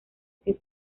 sin